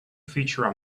featured